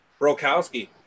Brokowski